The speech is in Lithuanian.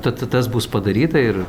tad tas bus padaryta ir